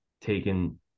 taken